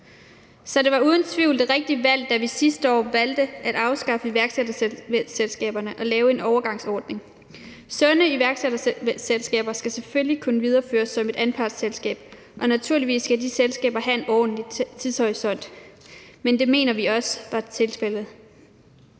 Så det var uden tvivl det rigtige valg, da vi sidste år valgte at afskaffe iværksætterselskaberne og lave en overgangsordning. Sunde iværksætterselskaber skal selvfølgelig kunne videreføres som anpartsselskaber, og naturligvis skal de selskaber have en ordentlig tidshorisont, men det mener vi også var tilfældet.